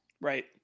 Right